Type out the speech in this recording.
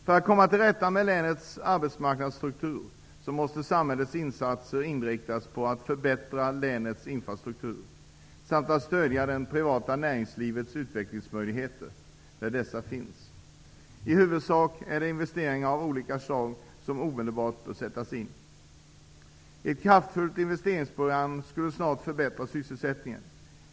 För att komma till rätta med länets arbetsmarknadsstruktur, måste samhällets insatser inriktas på att förbättra länets infrastruktur samt att stödja det privata näringslivets utvecklingsmöjligheter där dessa finns. I huvudsak är det investeringar av olika slag som omedelbart bör sättas in. Ett kraftfullt investeringsprogram skulle snart förbättra sysselsättningen.